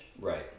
Right